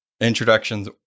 Introductions